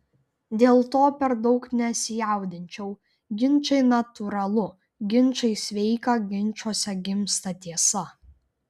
dėl to per daug nesijaudinčiau ginčai natūralu ginčai sveika ginčuose gimsta tiesa